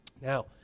Now